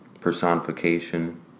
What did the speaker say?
personification